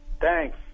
Thanks